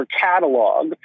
catalog